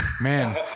Man